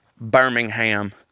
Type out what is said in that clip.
Birmingham